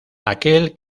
aquel